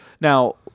Now